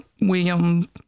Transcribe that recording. William